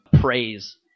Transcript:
praise